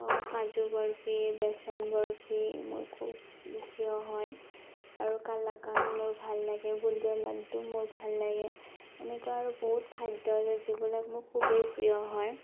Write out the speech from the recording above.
কাজু বৰফি বেচন বৰফি মোৰ খুব প্ৰিয় হয় আৰু কালাকন মোৰ ভাল লাগে বুন্দিয়া লাড্ডু মোৰ ভাল লাগে এনেকুৱা আৰু বহুত খাদ্য আছে যিবিলাক মোৰ খুবেই প্ৰিয় হয়